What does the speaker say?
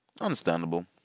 Understandable